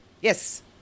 Yes